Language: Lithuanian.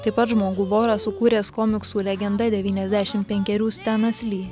taip pat žmogų vorą sukūręs komiksų legenda devyniasdešim penkerių stenas li